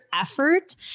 effort